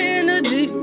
energy